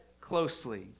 closely